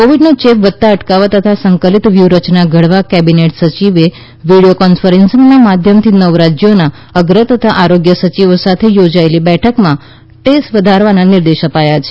કોવીડનો ચેપ વધતો અટકાવવા તથા સંકલીત વ્યુહરચના ઘડવા કેબીનેટ સચિવે વીડીયો કોન્ફરન્સીંગના માધ્યમથી નવ રાજયોના અગ્ર તથા આરોગ્ય સચિવો સાથે યોજેલી બેઠકમાં ટેસ્ટ વધારવાનો નિર્દેશ અપાયો છે